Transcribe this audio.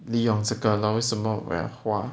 利用这个 lor 为什么我要花